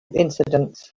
incidents